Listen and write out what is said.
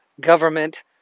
government